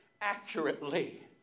accurately